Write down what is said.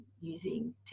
using